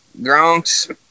Gronk's